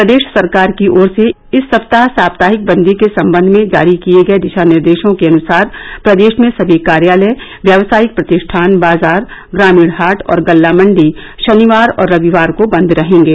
प्रदेश सरकार की ओर से इस सप्ताह साप्ताहिक बन्दी के सम्बंध में जारी किए गए दिशा निर्दशों के अनुसार प्रदेश में सभी कार्यालय व्यावसायिक प्रतिष्ठान बाजार ग्रामीण हाट और गल्ला मण्डी शनिवार और रविवार को बन्द रहेंगे